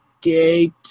date